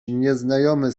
nieznajomy